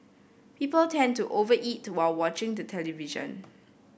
people tend to over eat while watching the television